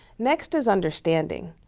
next is understanding.